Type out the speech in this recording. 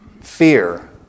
Fear